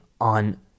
on